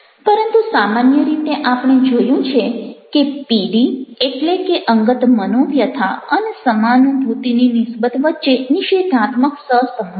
પરંતુ સામાન્ય રીતે આપણે જોયું છે કે પીડી એટલે કે અંગત મનોવ્યથા અને સમાનુભૂતિની નિસ્બત વચ્ચે નિષેધાત્મક સહસંબંધ છે